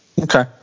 Okay